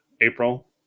April